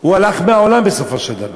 הוא הלך מהעולם בסופו של דבר.